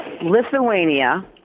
Lithuania